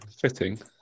fitting